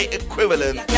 equivalent